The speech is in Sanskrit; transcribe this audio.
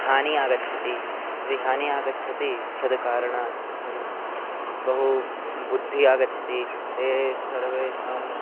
हानिः आगच्छति यदि हानिः आगच्छति तद् कारणात् बहु बुद्धिः आगच्छति ते सर्वेषाम्